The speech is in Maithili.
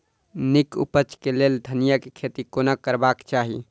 नीक उपज केँ लेल धनिया केँ खेती कोना करबाक चाहि?